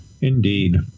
Indeed